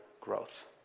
growth